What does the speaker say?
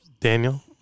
Daniel